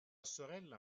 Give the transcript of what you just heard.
sorella